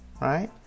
right